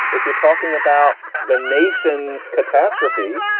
if you're talking about the nation's catastrophe,